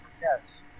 yes